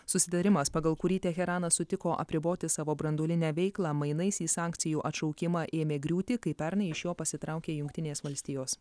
susitarimas pagal kurį teheranas sutiko apriboti savo branduolinę veiklą mainais į sankcijų atšaukimą ėmė griūti kai pernai iš jo pasitraukė jungtinės valstijos